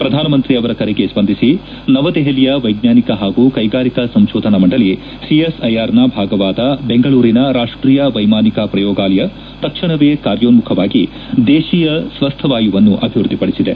ಪ್ರಧಾನಮಂತ್ರಿ ಅವರ ಕರೆಗೆ ಸ್ಪಂದಿಸಿ ನವದೆಹಲಿಯ ವೈಜ್ವಾನಿಕ ಹಾಗೂ ಕೈಗಾರಿಕಾ ಸಂಶೋಧನಾ ಮಂಡಳಿ ಸಿಎಸ್ಐಆರ್ನ ಭಾಗವಾದ ಬೆಂಗಳೂರಿನ ರಾಷ್ಟೀಯ ವೈಮಾನಿಕ ಪ್ರಯೋಗಾಲಯ ತಕ್ಷಣವೇ ಕಾರ್ಯೋಸ್ಥುಖವಾಗಿ ದೇಶೀಯ ಸ್ವಸ್ಥವಾಯು ವನ್ನು ಅಭಿವೃದ್ಧಿಪಡಿಸಿದೆ